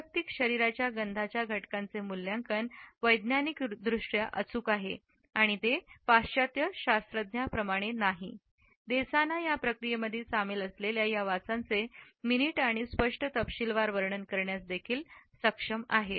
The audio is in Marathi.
वैयक्तिक शरीराची गंधच्या घटकांचे मूल्यांकन वैज्ञानिकदृष्ट्या अचूक आहे आणि ते पाश्चात्य शास्त्रज्ञांप्रमाणे नाही देसाना या प्रक्रियेमध्ये सामील असलेल्या या वासांचे मिनिट आणि स्पष्ट तपशीलवार वर्णन करण्यास देखील सक्षम आहेत